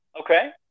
Okay